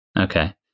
Okay